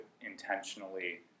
intentionally